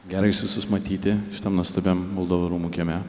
gera jus visus matyti šitam nuostabiam valdovų rūmų kieme